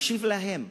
מקשיב להן,